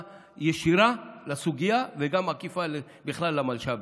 ישירה לסוגיה וגם עקיפה בכלל למלש"בים.